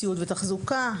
ציוד ותחזוקה,